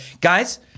guys